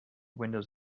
windows